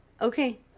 Okay